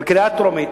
בקריאה טרומית.